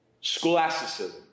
Scholasticism